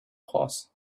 horse